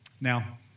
Now